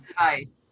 Nice